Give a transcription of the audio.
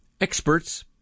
experts